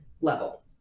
level